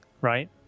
right